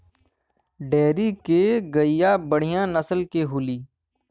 dairy के गईया बढ़िया नसल के होली